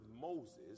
Moses